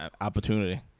opportunity